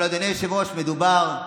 אבל, אדוני היושב-ראש, מדובר,